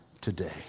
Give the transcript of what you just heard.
today